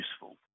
useful